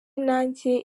nanjye